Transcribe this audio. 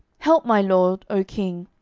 help, my lord, o king.